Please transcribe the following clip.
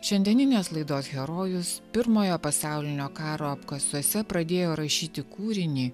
šiandieninės laidos herojus pirmojo pasaulinio karo apkasuose pradėjo rašyti kūrinį